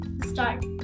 start